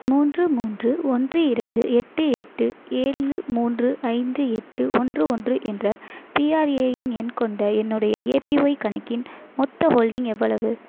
மூன்று மூன்று ஒன்று இரண்டு எட்டு எட்டு ஏழு மூன்று ஐந்து எட்டு ஒன்று ஒன்று என்ற பிஆர்ஏஎன் எண் கொண்ட என்னுடைய ஏபிஒய் கணக்கின் மொத்த ஹோல்டிங் எவ்வளவு